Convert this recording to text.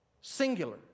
Singular